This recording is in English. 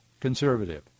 conservative